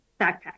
backpack